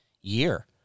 year